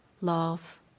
love